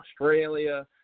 Australia